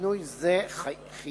שינוי זה חייב